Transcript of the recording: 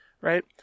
Right